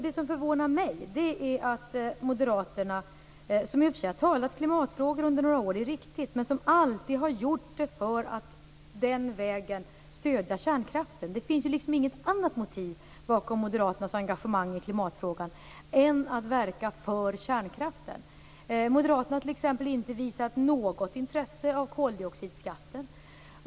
Det är riktigt att moderaterna har talat om klimatfrågorna under några år, men de har alltid gjort det för att den vägen stödja kärnkraften. Det finns inget annat motiv bakom Moderaternas engagemang i klimatfrågan än att verka för kärnkraften. Moderaterna har t.ex. inte visat något intresse för koldioxidskatten.